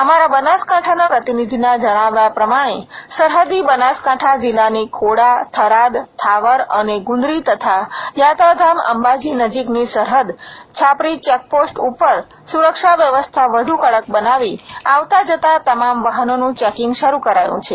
અમારા બનાસકાંઠાના પ્રતિનિધિના જણાવે છે કે સરહદી બનાસકાંઠા જીલ્લાની ખોડા થરાદ થાવર અને ગુંદરી તથા યાત્રાધામ અંબાજી નજીકની સરહદ છાપરી ચેકપોસ્ટ ઉપર સુરક્ષા વ્યવસ્થા વધુ કડક બનાવી આવતાં જતાં તમામ વાહનોનું ચેકિંગ શરૂ કરાયું છે